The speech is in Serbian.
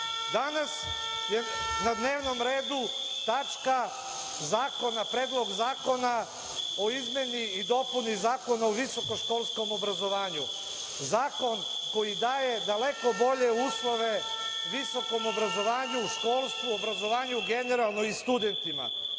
je na dnevnom redu tačka Predlog zakona o izmeni i dopuni Zakona o visokoškolskom obrazovanju. Zakon koji daje daleko bolje uslove visokom obrazovanju, školstvu, obrazovanju generalno i studentima.